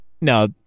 No